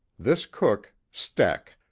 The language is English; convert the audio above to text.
this cook, steck,